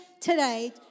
today